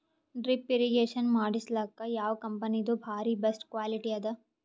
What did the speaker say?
Drip irrigation ಮಾಡಸಲಕ್ಕ ಯಾವ ಕಂಪನಿದು ಬಾರಿ ಬೆಸ್ಟ್ ಕ್ವಾಲಿಟಿ ಅದ?